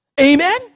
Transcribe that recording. Amen